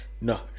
no